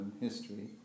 history